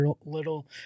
Little